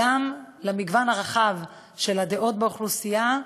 גם למגוון הרחב של הדעות באוכלוסייה,